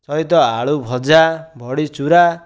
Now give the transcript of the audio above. ସହିତ ଆଳୁଭଜା ବଡ଼ି ଚୁରା